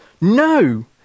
no